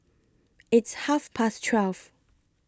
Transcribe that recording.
its Half Past twelve